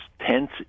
tense